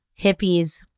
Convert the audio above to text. hippies